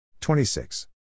26